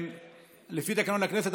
לפי תקנון הכנסת,